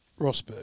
Rosberg